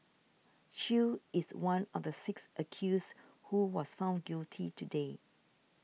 Chew is one of the six accused who was found guilty today